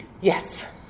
Yes